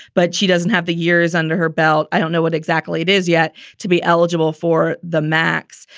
but she doesn't have the years under her belt. i don't know what exactly it is yet to be eligible for the max.